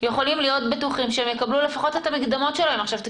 יכולים להיות בטוחים שהם יקבלו לפחות את המקדמות שלהם עכשיו?